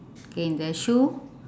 okay the shoe